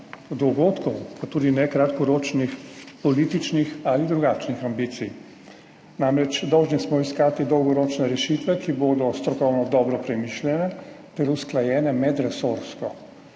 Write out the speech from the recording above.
dogodkov ter tudi ne kratkoročnih političnih ali drugačnih ambicij. Namreč, dolžni smo iskati dolgoročne rešitve, ki bodo strokovno dobro premišljene ter usklajene medresorsko.